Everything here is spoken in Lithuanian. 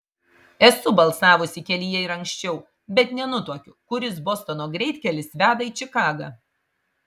esu balsavusi kelyje ir anksčiau bet nenutuokiu kuris bostono greitkelis veda į čikagą